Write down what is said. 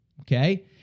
Okay